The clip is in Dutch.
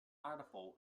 aardappel